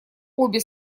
обе